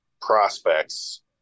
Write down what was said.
prospects